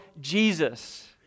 Jesus